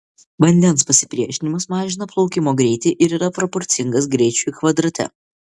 vandens pasipriešinimas mažina plaukimo greitį ir yra proporcingas greičiui kvadrate